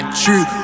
true